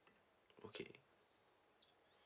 okay